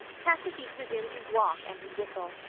pacifique resumed his walk and his whistle.